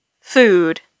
Food